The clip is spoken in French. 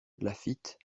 laffitte